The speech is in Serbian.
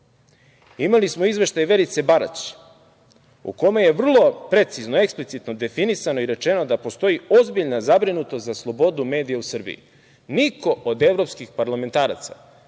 imali smo Izveštaj Verice Barać u kome je vrlo precizno, eksplicitno definisano i rečeno da postoji ozbiljna zabrinutost za slobodu medija u Srbiji. Niko od evropskih parlamentaraca